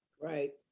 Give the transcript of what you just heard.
Right